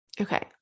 Okay